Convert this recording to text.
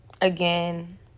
again